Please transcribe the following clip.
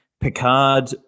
Picard